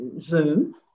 Zoom